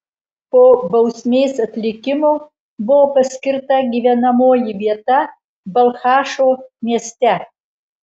po bausmės atlikimo buvo paskirta gyvenamoji vieta balchašo mieste